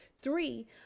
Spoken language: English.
Three